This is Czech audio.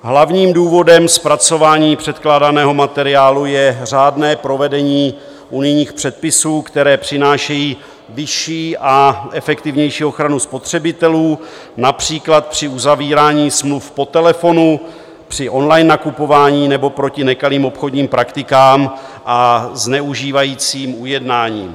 Hlavním důvodem zpracování předkládaného materiálu je řádné provedení unijních předpisů, které přináší vyšší a efektivnější ochranu spotřebitelů například při uzavírání smluv po telefonu, při online nakupování nebo proti nekalým obchodním praktikám a zneužívajícím ujednáním.